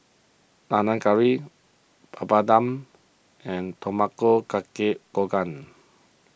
Panang Curry Papadum and Tamago Kake Gohan